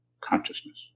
consciousness